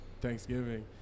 Thanksgiving